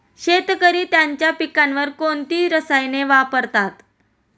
शेतकरी त्यांच्या पिकांवर कोणती रसायने वापरतात?